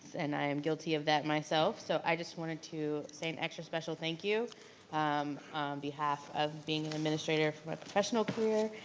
and i am guilty of that myself, so i just wanted to say an extra special thank you on um behalf of being an administrator for my professional career,